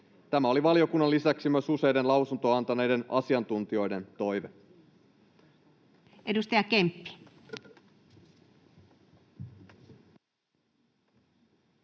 Tämä oli valiokunnan lisäksi useiden lausuntoa antaneiden asiantuntijoiden toive.